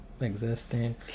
existing